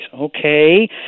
Okay